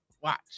Watch